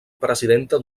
presidenta